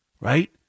Right